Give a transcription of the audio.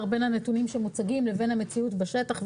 בין הנתונים שמוצגים לבין המציאות בשטח,